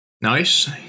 Nice